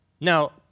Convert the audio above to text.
Now